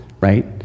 right